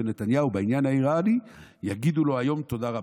נתניהו בעניין האיראני יגידו לו היום תודה רבה.